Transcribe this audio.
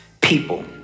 people